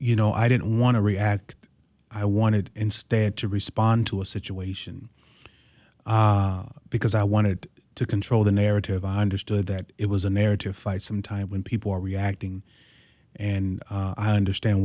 you know i didn't want to react i wanted instead to respond to a situation because i wanted to control the narrative understood that it was a narrative fight sometimes when people are reacting and i understand